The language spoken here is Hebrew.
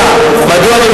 נימקתי מאוד,